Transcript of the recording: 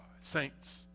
saints